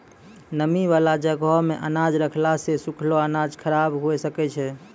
नमी बाला जगहो मे अनाज रखला से सुखलो अनाज खराब हुए सकै छै